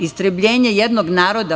Istrebljenje jednog naroda.